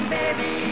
baby